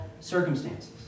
circumstances